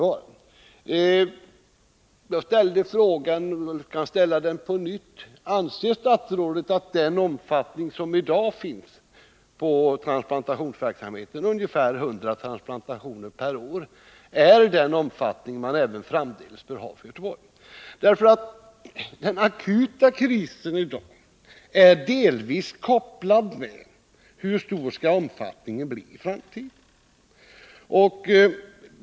Jag ställde en fråga som jag kan ställa på nytt: Anser statsrådet att den omfattning som transplantationsverksamheten i dag har — ungefär 100 transplantationer per år — är den omfattning som verksamheten även framdeles bör ha i Göteborg? Den akuta krisen i dag är delvis sammankopplad med frågan hur stor omfattningen skall bli i framtiden.